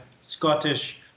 Scottish